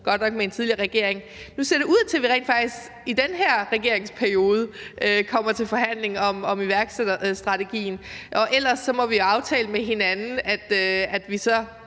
godt nok med en tidligere regering. Nu ser det ud til, at vi rent faktisk i den her regeringsperiode kommer til forhandling om iværksætterstrategien, og ellers må vi aftale med hinanden, at vi så